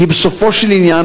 כי בסופו של עניין,